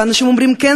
ואנשים אומרים: כן,